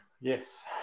Yes